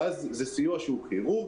ואז זה סיוע כירורגי,